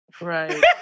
Right